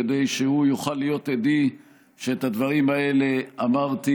כדי שהוא יוכל להיות עדי שאת הדברים האלה אמרתי